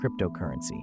cryptocurrency